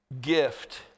gift